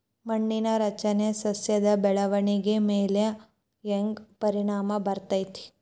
ಮಣ್ಣಿನ ರಚನೆ ಸಸ್ಯದ ಬೆಳವಣಿಗೆ ಮ್ಯಾಲೆ ಹ್ಯಾಂಗ್ ಪರಿಣಾಮ ಬೇರತೈತ್ರಿ?